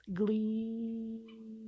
glee